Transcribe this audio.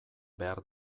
behar